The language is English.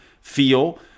feel